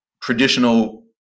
traditional